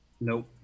Nope